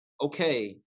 okay